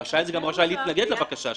רשאי זה גם רשאי להתנגד לבקשה שלה.